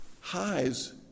Highs